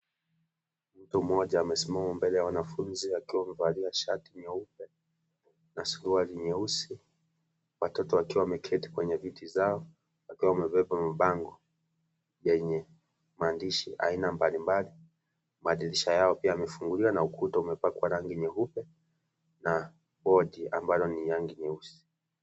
Mtu mmoja amesimama mbele ya wanafunzi akiwa amevalia shati nyeupe na suruali nyeusi, watoto wakiwa wameketi kwenye viti zao wakiwa wamebeba mabango yenye maandishi ya aina mbalimbali, madirisha yao pia yamefunguliwa na ukuta umepakwa rangi nyeupe na bodi ambalo ni rangi nyeusi.